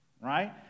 right